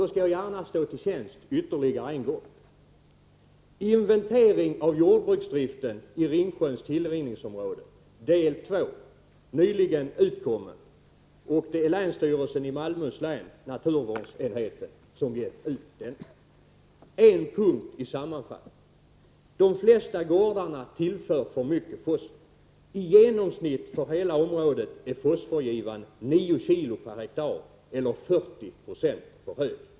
Då skall jag gärna stå till tjänst ytterligare en gång: Inventering av jordbruksdriften i Ringsjöns tillrinningsområde, del 2, nyligen utkommen. Det är länsstyrelsen i Malmöhus län, naturvårdsenheten, som har gett ut denna skrift. En punkt i sammanfattning: De flesta gårdarna tillför för mycket fosfor. I genomsnitt för hela området är fosforgivan 9 kg per hektar eller 40 96 för hög.